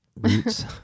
roots